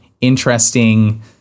interesting